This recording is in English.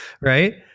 right